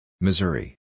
Missouri